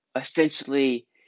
essentially